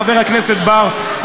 חבר הכנסת בר,